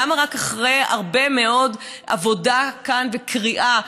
למה רק אחרי הרבה מאוד עבודה כאן וקריאה,